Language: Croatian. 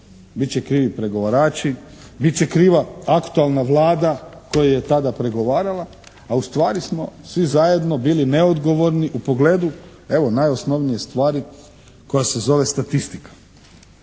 Bit će krivi pregovarači, bit će kriva aktualna Vlada koja je tada pregovarala, a u stvari smo svi zajedno bili neodgovorni u pogledu evo najosnovnije stvari koja se zove statistika.